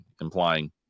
implying